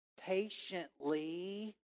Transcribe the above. patiently